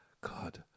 God